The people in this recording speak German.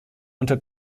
unter